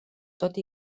tot